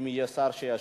אם יהיה שר שישיב,